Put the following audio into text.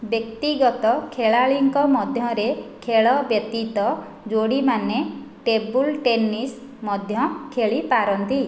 ବ୍ୟକ୍ତିଗତ ଖେଳାଳିଙ୍କ ମଧ୍ୟରେ ଖେଳ ବ୍ୟତୀତ ଯୋଡିମାନେ ଟେବୁଲ୍ ଟେନିସ୍ ମଧ୍ୟ ଖେଳିପାରନ୍ତି